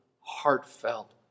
heartfelt